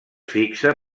fixa